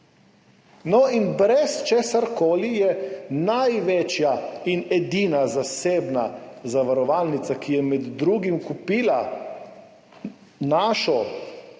No in brez česarkoli je največja in edina zasebna zavarovalnica, ki je med drugim kupila našo,